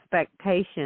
expectations